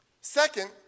Second